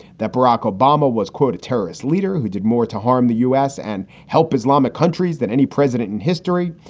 that barack obama was, quote, a terrorist leader who did more to harm the us and help islamic countries than any president in history,